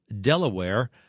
Delaware